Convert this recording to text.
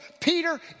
Peter